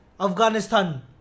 Afghanistan